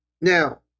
Now